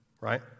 Right